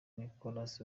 nicolas